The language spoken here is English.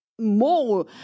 more